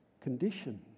condition